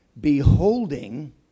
beholding